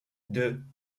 deux